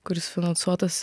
kuris finansuotas